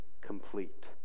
Complete